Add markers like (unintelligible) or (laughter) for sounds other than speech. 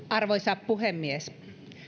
(unintelligible) arvoisa puhemies